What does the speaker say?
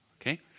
Okay